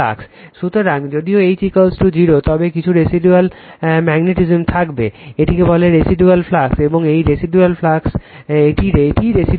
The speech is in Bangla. সুতরাং যদিও H 0 তবে কিছু রেসিডুয়াল ম্যাগনেটিসম থাকবে এটিকে বলে রেসিডুয়াল ফ্লাক্স এবং এটিই রেসিডুয়াল ফ্লাক্স ডেনসিটি